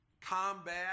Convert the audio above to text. combat